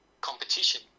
competition